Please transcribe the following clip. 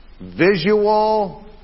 visual